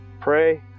pray